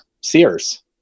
Sears